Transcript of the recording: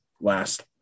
last